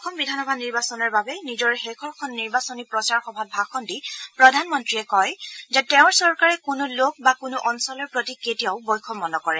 অসম বিধানসভা নিৰ্বাচনৰ বাবে নিজৰ শেষৰখন নিৰ্বাচনী প্ৰচাৰ সভাত ভাষণ দি প্ৰধানমন্ত্ৰীয়ে কয় যে তেওঁৰ চৰকাৰে কোনো লোক বা কোনো অঞ্চলৰ প্ৰতি কেতিয়াও বৈষম্য নকৰে